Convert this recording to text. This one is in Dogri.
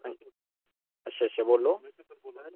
अच्छा अच्छा बोल्लो